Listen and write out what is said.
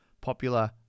popular